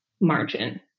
margin